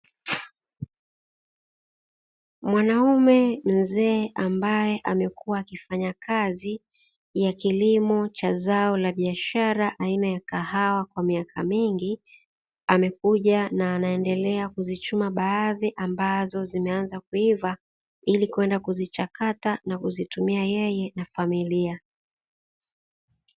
Mwanaume mzee ambaye amekuwa akifanya kazi ya kilimo cha zao la biashara aina ya kahawa kwa miaka mingi, amekuja na anaendelea kuzichuma baadhi ambazo zimeanza kuiva, ili kwenda kuzichakata na kuzitumia yeye na familia.